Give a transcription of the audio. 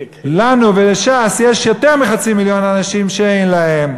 לנו ולש"ס יש יותר מחצי מיליון אנשים שאין להם,